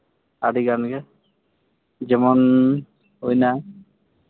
ᱟᱹᱰᱤᱜᱟᱱ ᱜᱮ ᱡᱮᱢᱚᱱ ᱦᱩᱭᱱᱟ